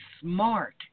smart